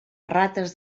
rates